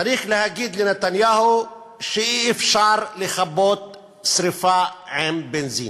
צריך להגיד לנתניהו שאי-אפשר לכבות שרפה עם בנזין.